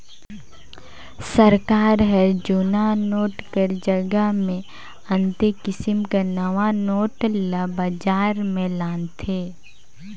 सरकार हर जुनहा नोट कर जगहा मे अन्ते किसिम कर नावा नोट ल बजार में लानथे